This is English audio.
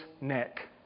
neck